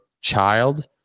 child